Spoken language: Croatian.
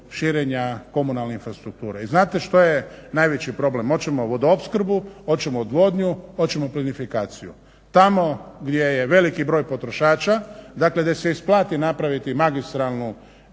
širenja komunalne infrastrukture. I znate što je najveći problem, hoćemo vodoopskrbu, hoćemo odvodnju, hoćemo plinifikaciju. Tamo gdje je veliki broj potrošača, dakle gdje se isplati napraviti magistralnu